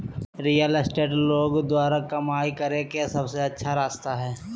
real estate लोग द्वारा कमाय करे के सबसे अच्छा रास्ता हइ